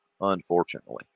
unfortunately